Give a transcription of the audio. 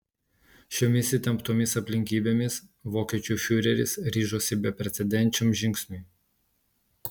šiomis įtemptomis aplinkybėmis vokiečių fiureris ryžosi beprecedenčiam žingsniui